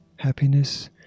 Happiness